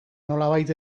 nolabait